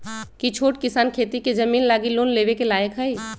कि छोट किसान खेती के जमीन लागी लोन लेवे के लायक हई?